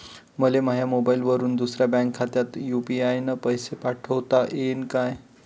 मले माह्या मोबाईलवरून दुसऱ्या बँक खात्यात यू.पी.आय न पैसे पाठोता येईन काय?